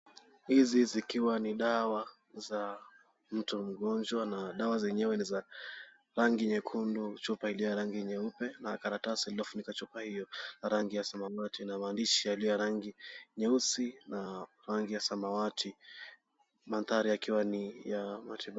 Hizi zikiwa ni dawa za mtu mgonjwa na dawa zenyewe ni za rangi nyekundu. Chupa iliyo ya rangi nyeupe na karatasi iliyofunika chupa hiyo ya rangi ya samawati na maandishi yaliyo ya rangi nyeusi na rangi ya samawati. Mandhari yakiwa ni ya matibabu.